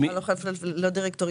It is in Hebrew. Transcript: חברה לא יכולה להיות ללא דירקטוריון.